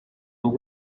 amb